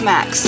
Max